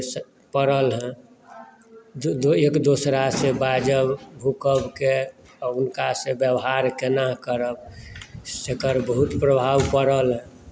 से पड़ल हैं जे एक दोसरा से बाजब भूकबके आ हुनकासँ व्यवहार कोना करब से तकर बहुत प्रभाव पड़ल